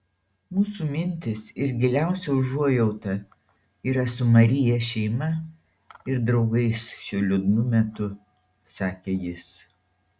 mūsų mintys ir giliausia užuojauta yra su maryje šeima ir draugais šiuo liūdnu metu sakė jis